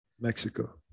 Mexico